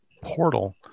portal